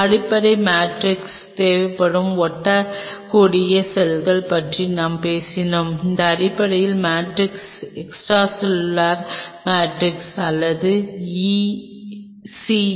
அடிப்படை மேட்ரிக்ஸ் தேவைப்படும் ஒட்டக்கூடிய செல்களைப் பற்றி நாம் பேசினால் இந்த அடிப்படை மேட்ரிக்ஸ் எக்ஸ்ட்ரா செல்லுலார் மேட்ரிக்ஸ் அல்லது ECM